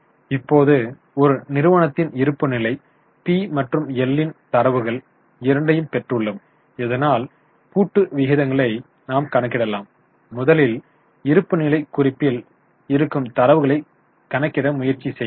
இப்போது ஒரு நிறுவனத்தின் இருப்புநிலை பி மற்றும் எல் ன் தரவுகள் இரண்டையும் பெற்றுள்ளோம் இதனால் கூட்டு விகிதங்களை நாம் கணக்கிடலாம் முதலில் இருப்புநிலைக் குறிப்பில் இருக்கும் தரவுகளை கணக்கிட முயற்சி செய்யலாம்